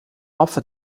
opfer